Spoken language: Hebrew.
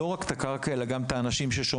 לא רק את הקרקע אלא גם את האנשים ששומרים